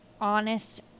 honest